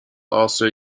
also